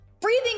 breathing